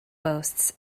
boasts